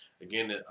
Again